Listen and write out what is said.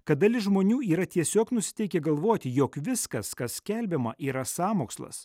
kad dalis žmonių yra tiesiog nusiteikę galvoti jog viskas kas skelbiama yra sąmokslas